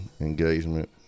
engagement